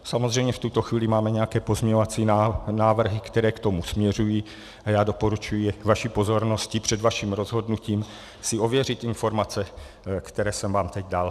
Samozřejmě v tuto chvíli máme nějaké pozměňovací návrhy, které k tomu směřují, a já doporučuji vaší pozornosti před vaším rozhodnutím si ověřit informace, které jsem vám teď dal.